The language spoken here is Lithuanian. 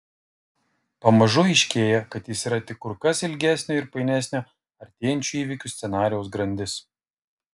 pamažu aiškėja kad jis yra tik kur kas ilgesnio ir painesnio artėjančių įvykių scenarijaus grandis